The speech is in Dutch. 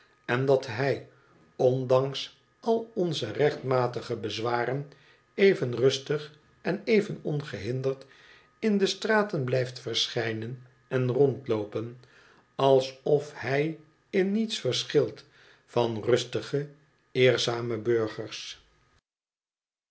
en dat hij ondanks al onze rechtmatige bezwaren even rustig en even ongehinderd in de straten blijft verschijnen en rondloopen alsof hij in niets verschilt van rustige eerzame burgers